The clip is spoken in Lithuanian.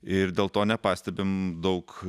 ir dėl to nepastebim daug